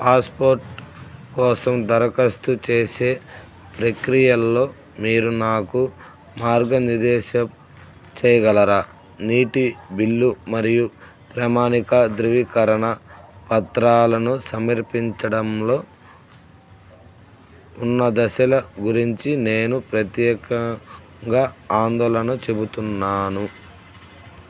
passport కోసం దరఖాస్తు చేసే ప్రక్రియలో మీరు నాకు మార్గనిర్దేశం చేయగలరా నీటి బిల్లు మరియు ప్రమాణిక ధృవీకరణ పత్రాలను సమర్పించడంలో ఉన్న దశల గురించి నేను ప్రత్యేకంగా ఆందోళన చెందుతున్నాను